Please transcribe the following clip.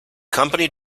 company